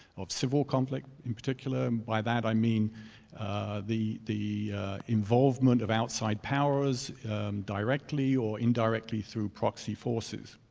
of civil conflict in particular, and by that i mean the the involvement of outside powers directly or indirectly through proxy forces.